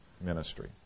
ministry